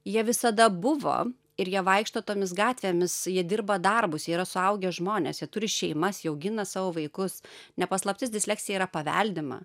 jie visada buvo ir jie vaikšto tomis gatvėmis jie dirba darbus jie yra suaugę žmonės jie turi šeimas jie augina savo vaikus ne paslaptis disleksija yra paveldima